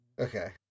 Okay